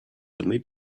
suddenly